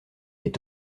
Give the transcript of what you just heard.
est